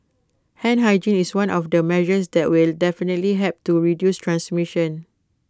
hand hygiene is one of the measures that will definitely help to reduce transmission